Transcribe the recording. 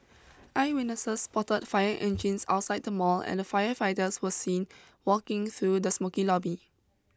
eyewitnesses spotted fire engines outside the mall and firefighters were seen walking through the smokey lobby